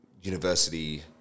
university